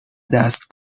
دست